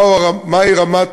מהי רמת